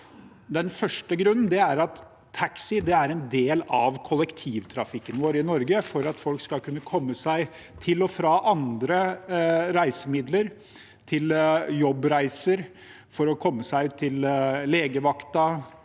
Den første grunnen er at taxi er en del av kollektivtrafikken vår i Norge, for at folk skal kunne komme seg til og fra andre reisemidler, til jobbreiser, til legevakta,